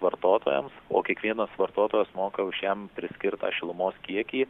vartotojams o kiekvienas vartotojas moka už jam priskirtą šilumos kiekį